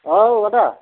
औ आदा